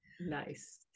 Nice